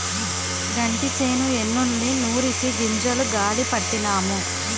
గంటిసేను ఎన్నుల్ని నూరిసి గింజలు గాలీ పట్టినాము